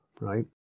right